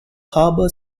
harbour